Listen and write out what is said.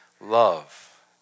love